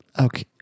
Okay